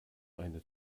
eine